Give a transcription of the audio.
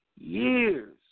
years